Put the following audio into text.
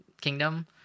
kingdom